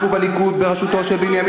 איזה מזל שהערבים נהרו,